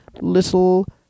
little